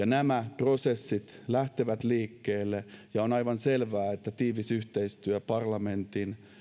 nämä prosessit lähtevät liikkeelle ja on aivan selvää että tiivis yhteistyö parlamentin